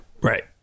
Right